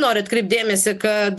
noriu atkreipt dėmesį kad